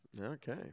Okay